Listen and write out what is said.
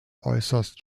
äußerst